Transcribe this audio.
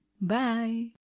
Bye